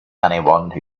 anyone